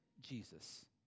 Jesus